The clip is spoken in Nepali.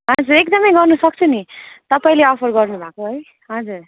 हजुर एकदमै गर्नसक्छु नि तपाईँले अफर गर्नुभएको है हजुर